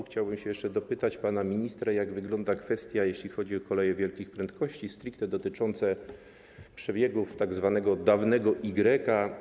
Chciałbym się jeszcze dopytać pana ministra, jak wygląda kwestia, jeśli chodzi o koleje wielkich prędkości, stricte dotycząca przebiegu tzw. dawnego igreka.